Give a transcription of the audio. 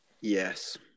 Yes